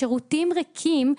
השירותים ריקים,